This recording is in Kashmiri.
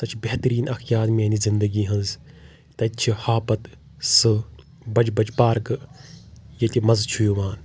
سۄ چھےٚ بہتریٖن اکھ یاد میٛانہِ زِنٛدگی ۂنٛز تَتہِ چھ ہاپت سٕہہ بجہِ بجہِ پارکہٕ ییٚتہِ مزٕ چھ یِوان